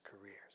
careers